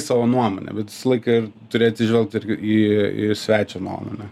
savo nuomonę bet visą laiką ir turi atsižvelgt ir į į svečio nuomonę